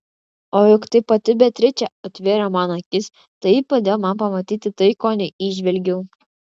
o juk tai pati beatričė atvėrė man akis tai ji padėjo man pamatyti tai ko neįžvelgiau